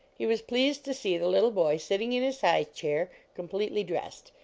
he was pleased to see the little boy sitting in his high chair, completely dressed,